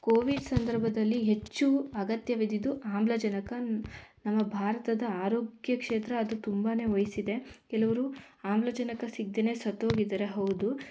Covid ಸಂದರ್ಭದಲ್ಲಿ ಹೆಚ್ಚು ಅಗತ್ಯವಿದಿದ್ದು ಆಮ್ಲಜನಕ ನಮ್ಮ ಭಾರತದ ಆರೋಗ್ಯ ಕ್ಷೇತ್ರ ಅದು ತುಂಬನೇ ವಹಿಸಿದೆ ಕೆಲವರು ಆಮ್ಲಜನಕ ಸಿಗ್ದೇ ಸತ್ತೋಗಿದ್ದಾರೆ ಹೌದು